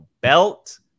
belt